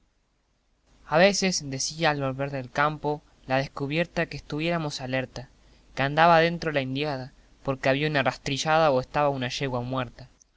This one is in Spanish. a veces decía al volver del campo la descubierta que estuviéramos alerta que andaba adentro la indiada porque había una rastrillada o estaba una yegua muerta